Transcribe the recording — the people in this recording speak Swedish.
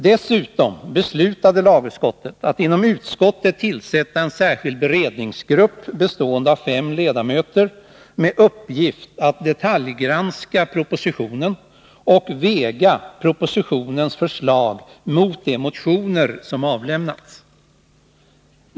Dessutom beslutade lagutskottet att inom utskottet tillsätta en särskild beredningsgrupp, bestående av fem ledamöter, med uppgift att detaljgranska propositionen och väga propositionens förslag mot de motioner som avlämnats.